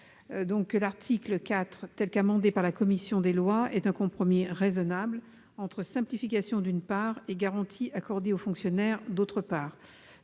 que l'article 4, tel que l'a amendé la commission des lois, est un compromis raisonnable entre simplification, d'une part, et garanties accordées aux fonctionnaires, d'autre part.